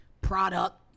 product